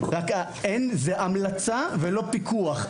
רק זה המלצה ולא פיקוח,